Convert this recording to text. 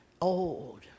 old